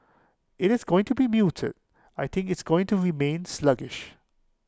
IT is going to be muted I think it's going to remain sluggish